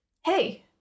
Hey